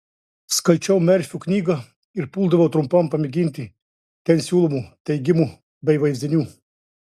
skaičiau merfio knygą ir puldavau trumpam pamėginti ten siūlomų teigimų bei vaizdinių